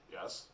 Yes